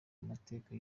amategeko